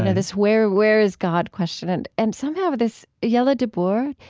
and this, where where is god? question. and and somehow, this jelle ah de boer,